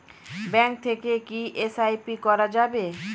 Bank থেকে কী SIP করা যাবে?